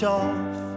off